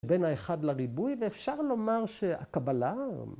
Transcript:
‫בין האחד לריבוי, ‫ואפשר לומר שהקבלה...